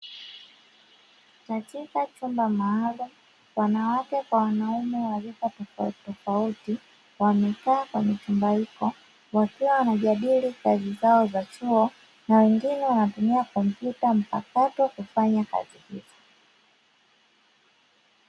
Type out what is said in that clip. Katika chumba maalumu wanawake kwa wanaume wa rika tofautitofauti wamekaa kwenye chumba hicho; wakiwa wanajadili kazi zao za chuo na wengine wanatumia kompyuta mpakato kufanya kazi hizo.